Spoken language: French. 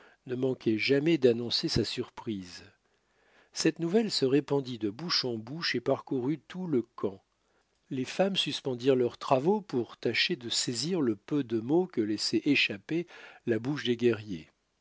ne manquait jamais d'annoncer sa surprise cette nouvelle se répandit de bouche en bouche et parcourut tout le camp les femmes suspendirent leurs travaux pour tâcher de saisir le peu de mots que laissait échapper la bouche des guerriers